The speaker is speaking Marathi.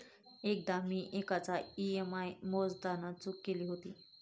एकदा मी एकाचा ई.एम.आय मोजताना चूक केली होती